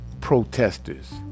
protesters